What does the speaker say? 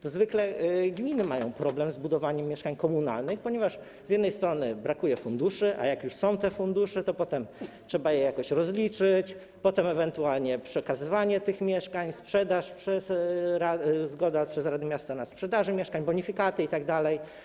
To zwykle gminy mają problem z budowaniem mieszkań komunalnych, ponieważ z jednej strony brakuje funduszy, a jak już są te fundusze, to potem trzeba je jakoś rozliczyć, potem ewentualnie jest przekazywanie tych mieszkań, sprzedaż, zgoda rady miasta na sprzedaż mieszkań, bonifikaty itd.